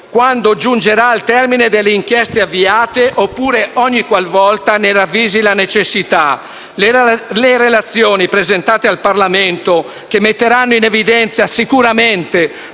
quando giungerà al termine delle inchieste avviate oppure ogniqualvolta ne ravvisi la necessità. Le relazioni, presentate al Parlamento, che metteranno in evidenza sicuramente